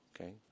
Okay